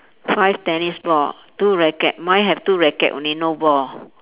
five tennis ball two racket mine have two racket only no ball